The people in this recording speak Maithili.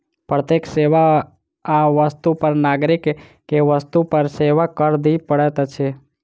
प्रत्येक सेवा आ वस्तु पर नागरिक के वस्तु एवं सेवा कर दिअ पड़ैत अछि